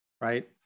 Right